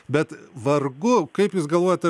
bet vargu kaip jūs galvojat